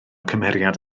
cymeriad